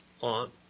on